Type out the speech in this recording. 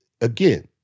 again